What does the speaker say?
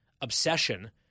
obsession